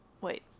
Wait